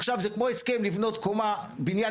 עכשיו זה כמו הסכם לבנות קומה בניין